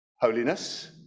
holiness